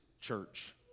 church